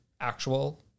actual